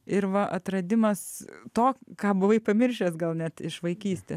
ir va atradimas to ką buvai pamiršęs gal net iš vaikystės